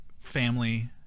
Family